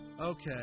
Okay